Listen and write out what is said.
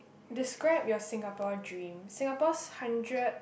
describe your Singapore dream Singapore's hundred